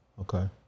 Okay